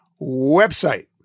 website